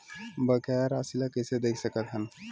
बकाया राशि ला कइसे देख सकत हान?